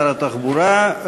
שר התחבורה,